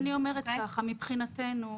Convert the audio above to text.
מבחינתנו,